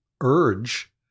urge